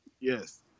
Yes